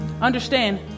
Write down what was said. Understand